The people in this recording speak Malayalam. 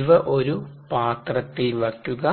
ഇവ ഒരു പാത്രത്തിൽ വയ്ക്കുക